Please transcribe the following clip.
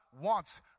wants